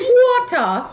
water